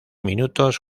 minutos